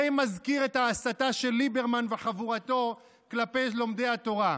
די מזכיר את ההסתה של ליברמן וחבורתו כלפי לומדי התורה.